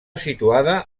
situada